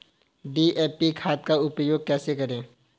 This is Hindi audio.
डी.ए.पी खाद का उपयोग कैसे करें?